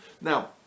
now